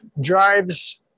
drives